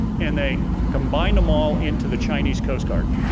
and they combined them all into the chinese coast guard.